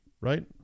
right